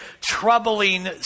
troubling